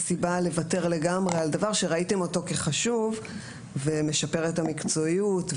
מהי הסיבה לוותר לגמרי על דבר שראיתם אותו כחשוב וכמשפר את המקצועיות?